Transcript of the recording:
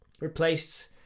replaced